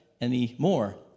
anymore